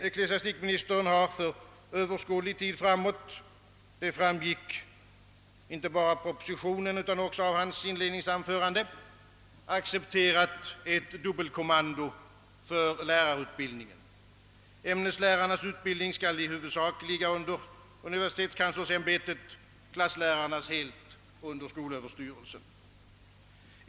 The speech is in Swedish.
Ecklesiastikministern har för överskådlig tid framåt — det framgick inte bara i propositionen utan också av hans inledningsanförande — accepterat ett dubbelkommando för lärarutbildningen. Ämneslärarnas utbildning skall i huvudsak ligga under universitetskanslersämbetet, klasslärarnas helt under skolöverstyrelsen.